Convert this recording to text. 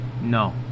No